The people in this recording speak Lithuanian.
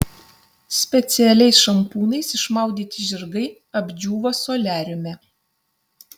specialiais šampūnais išmaudyti žirgai apdžiūva soliariume